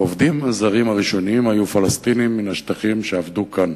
העובדים הזרים הראשונים היו פלסטינים מהשטחים שעבדו כאן.